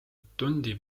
tundi